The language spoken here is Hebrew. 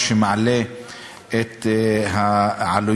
נצביע על העברה